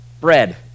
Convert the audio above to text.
bread